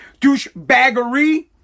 douchebaggery